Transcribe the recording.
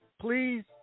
Please